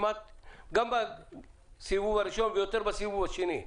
גם בסבב הראשון ואף יותר בסבב השני.